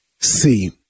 See